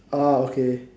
oh okay